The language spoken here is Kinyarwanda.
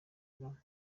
bagiye